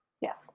yes